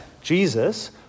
Jesus